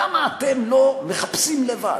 למה אתם לא מחפשים לבד?